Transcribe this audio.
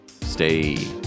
stay